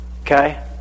Okay